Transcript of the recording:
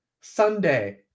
Sunday